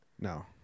No